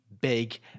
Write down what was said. big